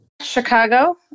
Chicago